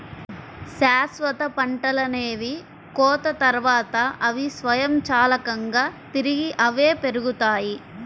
శాశ్వత పంటలనేవి కోత తర్వాత, అవి స్వయంచాలకంగా తిరిగి అవే పెరుగుతాయి